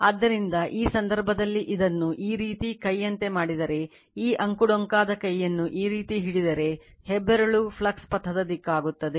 ಆದ್ದರಿಂದ ಈ ಸಂದರ್ಭದಲ್ಲಿ ಇದನ್ನು ಈ ರೀತಿ ಕೈಯಂತೆ ಮಾಡಿದರೆ ಈ ಅಂಕುಡೊಂಕಾದ ಕೈಯನ್ನು ಈ ರೀತಿ ಹಿಡಿದರೆ ಹೆಬ್ಬೆರಳು ಫ್ಲಕ್ಸ್ ಪಥದ ದಿಕ್ಕಾಗುತ್ತದೆ